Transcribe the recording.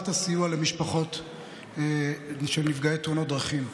הסיוע למשפחות של נפגעי תאונות דרכים.